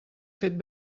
fet